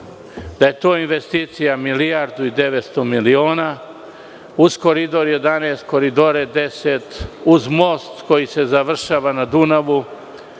da je to investicija milijardu i 900 miliona uz Koridor 11, Koridor 10, uz most koji se završava na Dunavu